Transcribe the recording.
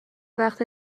وقت